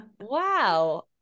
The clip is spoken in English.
Wow